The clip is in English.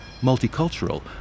multicultural